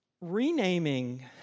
renaming